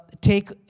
take